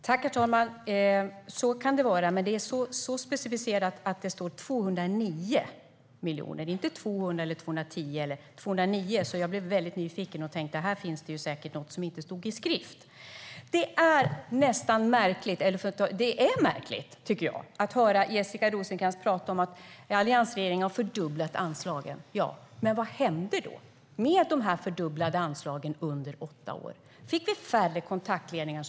Herr talman! Så kan det vara, men det är så specificerat att det står 209 miljoner, inte 200 eller 210, så jag blev nyfiken och tänkte att här finns det säkert något som inte står i skrift. Det är märkligt, tycker jag, att höra Jessica Rosencrantz tala om att alliansregeringen har fördubblat anslagen. Ja, men vad hände då med de här fördubblade anslagen under åtta år? Fick vi färre nedrivna kontaktledningar?